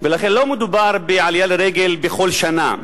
לכן לא מדובר בעלייה לרגל בכל שנה,